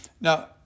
Now